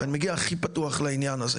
ואני מגיע הכי פתוח לעניין הזה.